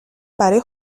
برای